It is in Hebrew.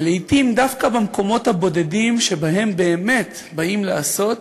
ולעתים דווקא במקומות הבודדים שבהם באמת באים לעשות,